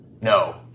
No